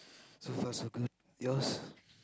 so fast so good yours